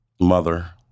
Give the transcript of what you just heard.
Mother